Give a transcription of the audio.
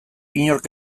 inork